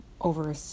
over